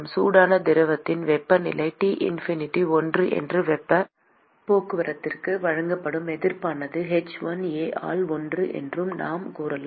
சூடான திரவத்தின் வெப்பநிலை T இன்ஃபினிட்டி 1 என்றும் வெப்பப் போக்குவரத்திற்கு வழங்கப்படும் எதிர்ப்பானது h1A ஆல் ஒன்று என்றும் நாம் கூறலாம்